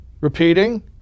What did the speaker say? Repeating